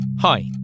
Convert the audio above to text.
Hi